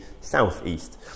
southeast